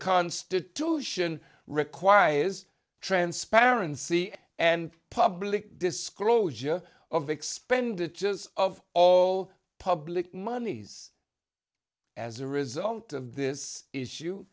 constitution requires transparency and public disclosure of expenditures of all public monies as a result of this issue